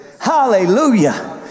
hallelujah